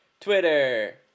Twitter